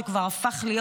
שכבר הפך להיות,